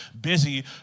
busy